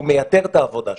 הוא מייתר את העבודה שלנו.